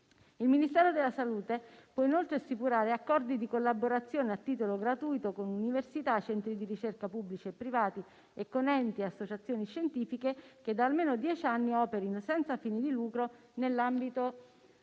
Il Ministero della salute può inoltre stipulare accordi di collaborazione a titolo gratuito con università, centri di ricerca pubblici e privati e con enti e associazioni scientifiche che, da almeno dieci anni, operino senza fini di lucro nell'ambito